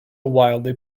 wildly